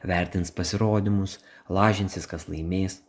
vertins pasirodymus lažinsis kas laimės